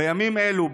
בימים אלו,